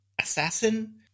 assassin